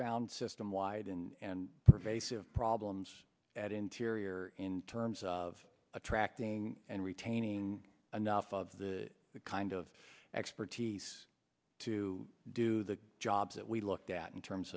found system wide and pervasive problems at interior in terms of attracting and retaining enough of the kind of expertise to do the jobs that we looked at in terms